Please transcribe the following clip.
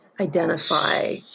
identify